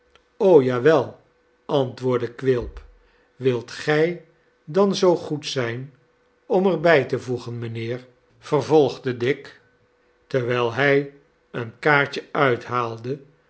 ja wel antwoordde quilp wilt gij dan zoo goed zijn om er bij te voegen mijnheer vervolgde dick terwijl hij een kaartje